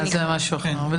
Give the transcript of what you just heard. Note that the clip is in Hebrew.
זה במסגרת טיפול, זה